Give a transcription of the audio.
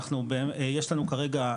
יש לנו כרגע,